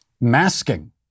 masking